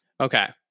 okay